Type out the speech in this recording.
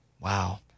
Wow